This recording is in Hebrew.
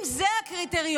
אם זה הקריטריון,